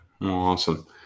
Awesome